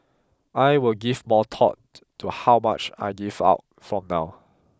I will give more thought to how much I give out from now